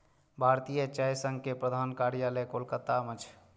भारतीय चाय संघ के प्रधान कार्यालय कोलकाता मे छै